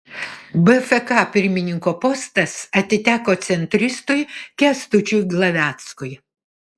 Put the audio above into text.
bfk pirmininko postas atiteko centristui kęstučiui glaveckui